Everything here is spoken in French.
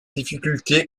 difficultés